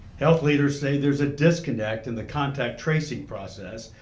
health leaders say there's a disconnect in the contact tracing process.